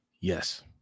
Yes